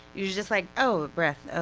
you're just like, oh, breath, ah